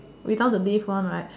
without the leave one right